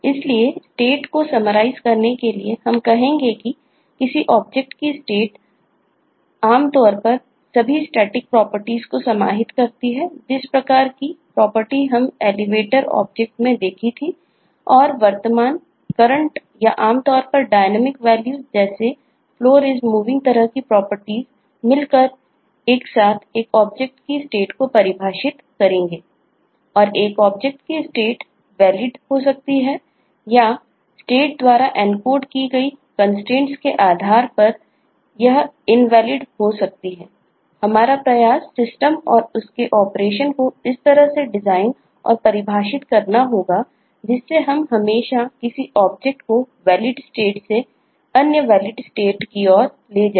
इसलिए स्टेट की ओर ले जाए